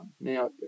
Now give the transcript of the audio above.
Now